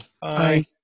Bye